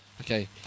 okay